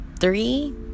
three